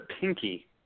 pinky